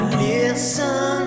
listen